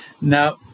Now